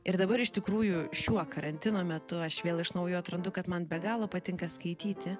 ir dabar iš tikrųjų šiuo karantino metu aš vėl iš naujo atrandu kad man be galo patinka skaityti